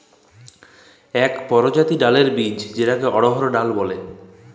ইক পরজাতির ডাইলের বীজ যেটাকে অড়হর ডাল ব্যলে